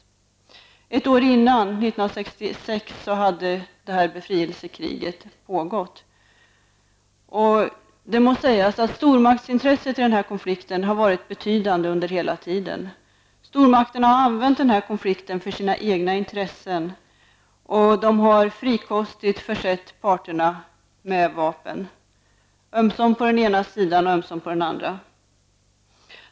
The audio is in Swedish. Sedan ett år innan, Stormaktsintresset har hela tiden under den här konflikten varit betydande. Stormakterna har använt denna konflikt för sina egna intressen, och de har frikostigt försett parterna med vapen, ömsom den ena sidan och ömsom den andra.